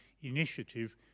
initiative